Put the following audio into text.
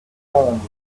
home